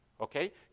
Okay